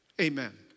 Amen